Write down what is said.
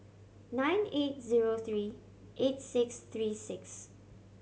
nine eight zero three eight six three six